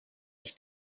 ich